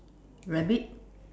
rabbit